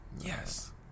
Yes